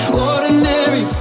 Ordinary